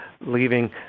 leaving